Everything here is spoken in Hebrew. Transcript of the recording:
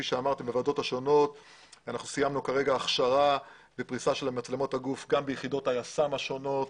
כרגע סיימנו הכשרה ופריסה של מצלמות הגוף גם ביחידות היס"מ השונות.